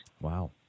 Wow